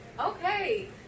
okay